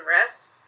rest